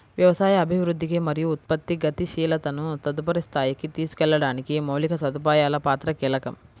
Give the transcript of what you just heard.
వ్యవసాయ అభివృద్ధికి మరియు ఉత్పత్తి గతిశీలతను తదుపరి స్థాయికి తీసుకెళ్లడానికి మౌలిక సదుపాయాల పాత్ర కీలకం